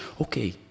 okay